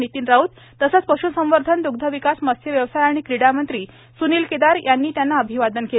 नितीन राऊत तसेच पश्संवर्धन द्ग्धविकास मत्स्यव्यवसाय आणि क्रीडामंत्री स्नील केदार यांनी अभिवादन केले